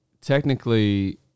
technically –